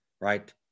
right